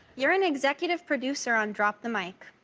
you are an executive producer on drop the mic.